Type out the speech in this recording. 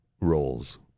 roles